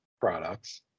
products